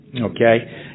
okay